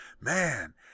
Man